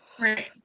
Right